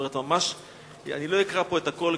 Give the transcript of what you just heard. לא אקרא פה את הכול,